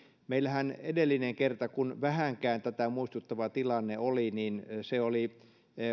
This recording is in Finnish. meillähän edellinen kerta kun oli vähänkään tätä muistuttava tilanne oli